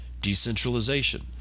Decentralization